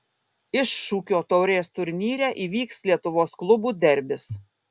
iššūkio taurės turnyre įvyks lietuvos klubų derbis